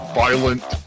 violent